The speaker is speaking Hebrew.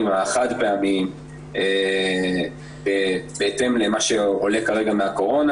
החד פעמיים בהתאם למה שעולה כרגע מהקורונה,